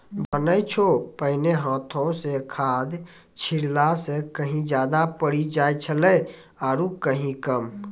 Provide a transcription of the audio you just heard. जानै छौ पहिने हाथों स खाद छिड़ला स कहीं ज्यादा पड़ी जाय छेलै आरो कहीं कम